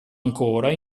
ancora